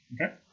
Okay